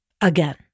again